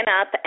up